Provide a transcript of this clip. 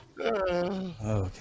Okay